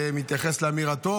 מתייחס לאמירתו